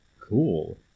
cool